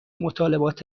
مطالبات